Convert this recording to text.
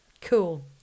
Cool